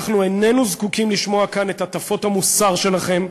אנחנו איננו זקוקים לשמוע כאן את הטפות המוסר שלכם,